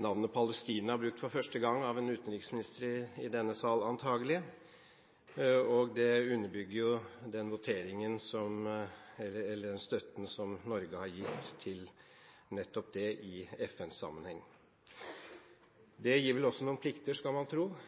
navnet Palestina brukt for første gang, antakelig, av en utenriksminister i denne sal, og det underbygger den støtten som Norge har gitt til nettopp det i FN-sammenheng. Det gir vel også noen plikter, skulle man tro,